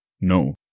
No